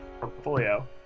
portfolio